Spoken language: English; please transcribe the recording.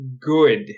good